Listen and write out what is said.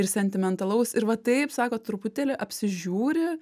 ir sentimentalaus ir va taip sako truputėlį apsižiūri